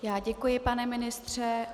Já děkuji, pane ministře.